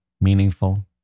meaningful